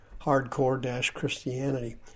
hardcore-christianity